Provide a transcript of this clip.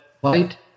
white